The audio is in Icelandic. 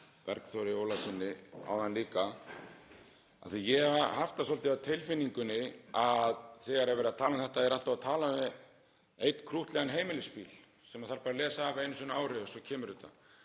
Bergþóri Ólasyni áðan líka. Ég hef haft það svolítið á tilfinningunni að þegar er verið að tala um þetta sé alltaf verið að tala um einn krúttlegan heimilisbíl sem þarf bara að lesa af einu sinni á ári og svo kemur þetta.